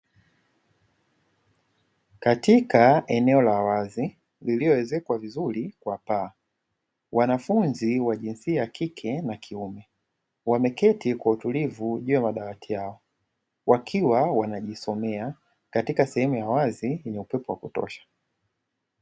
Katika eneo la wazi iliyoezekwa vizuri kwa paa, wanafunzi wa jinsia ya kike na kiume, wameketi kwa utulivu juu ya madawati yao wakiwa wanajisomea katika sehemu ya wazi yenye upepo wa kutosha.